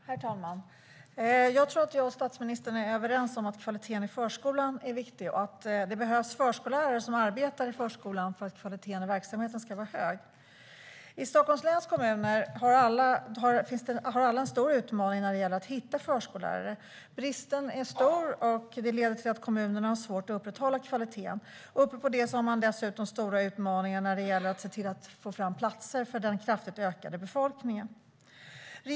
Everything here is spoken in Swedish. Herr talman! Jag tror att jag och statsministern är överens om att kvaliteten i förskolan är viktig och att det behövs förskollärare som arbetar i förskolan för att kvaliteten i verksamheten ska vara hög. I Stockholms läns kommuner har alla en stor utmaning när det gäller att hitta förskollärare. Bristen är stor, och det leder till att kommunerna har svårt att upprätthålla kvaliteten. Dessutom har man stora utmaningar när det gäller att få fram platser i takt med att befolkningen växer.